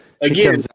Again